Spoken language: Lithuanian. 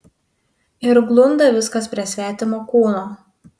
ir glunda viskas prie svetimo kūno